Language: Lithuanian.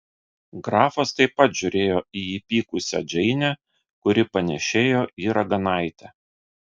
grafas taip pat žiūrėjo į įpykusią džeinę kuri panėšėjo į raganaitę